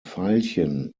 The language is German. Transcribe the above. veilchen